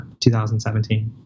2017